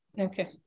Okay